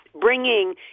bringing